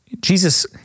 Jesus